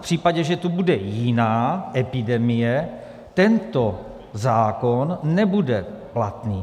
V případě, že tu bude jiná epidemie, tento zákon nebude platný.